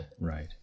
right